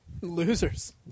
Losers